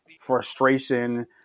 frustration